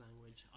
language